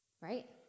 Right